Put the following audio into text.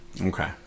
Okay